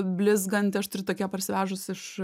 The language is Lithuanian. blizgantį aš turiu tokią parsivežus iš